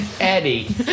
Eddie